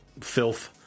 filth